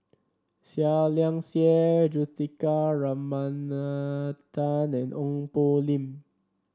Seah Liang Seah Juthika Ramanathan and Ong Poh Lim